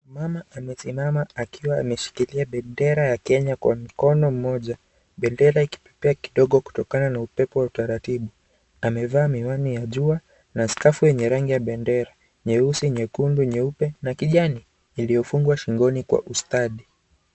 Mama amesimama akiwa ameshikilia bendera ya Kenya kwa mkono mmoja bendera ikipepea kidogo kutokana na upepo wa utaratibu. Amevaa miwani ya jua na skafu yenye rangi ya bendera nyeusi, nyekundu, nyeupe na kijani ilio fungwa shingoni kwa ustadi.